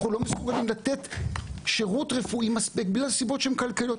אנחנו לא מסוגלים לתת שירות רפואי מספיק בגלל סיבות שהן כלכליות.